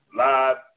live